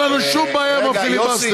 אין לנו שום בעיה עם הפיליבסטר.